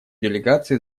делегации